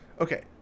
okay